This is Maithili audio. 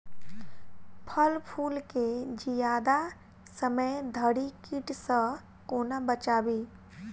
फल फुल केँ जियादा समय धरि कीट सऽ कोना बचाबी?